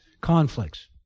conflicts